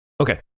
Okay